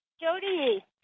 Jody